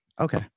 Okay